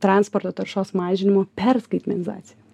transporto taršos mažinimo per skaitmenizaciją